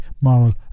moral